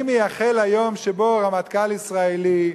אני מייחל ליום שבו רמטכ"ל ישראלי,